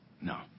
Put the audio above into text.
No